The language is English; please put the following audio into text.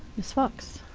ms fox.